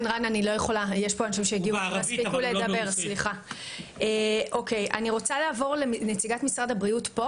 אני רוצה לעבור לנציגת משרד הבריאות.